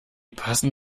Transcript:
passen